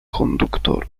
konduktorów